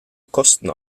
kosten